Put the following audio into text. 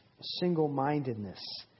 single-mindedness